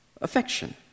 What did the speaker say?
affection